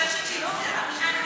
אני חוששת שהיא צריכה את,